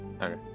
Okay